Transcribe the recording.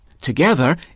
Together